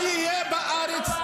בחוץ לארץ.